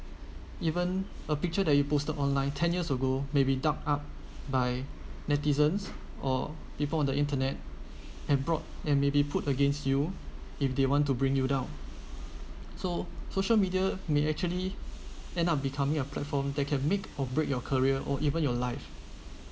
even a picture that you posted online ten years ago maybe dug up by netizens or people on the internet and brought and maybe put against you if they want to bring you down so social media may actually end up becoming a platform that can make or break your career or even your life